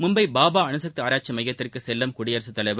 மும்பையில் பாபா அணுசக்தி ஆராய்ச்சி மையத்திற்கு செல்லும் குடியரசுத் தலைவர்